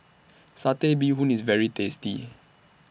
Satay Bee Hoon IS very tasty